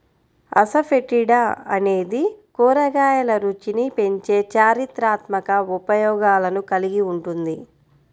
asafoetida అనేది కూరగాయల రుచిని పెంచే చారిత్రాత్మక ఉపయోగాలను కలిగి ఉంటుంది